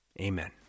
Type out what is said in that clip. Amen